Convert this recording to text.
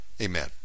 Amen